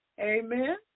Amen